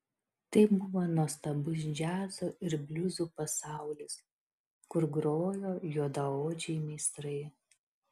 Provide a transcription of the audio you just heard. tai buvo nuostabus džiazo ir bliuzų pasaulis kur grojo juodaodžiai meistrai